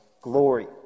glory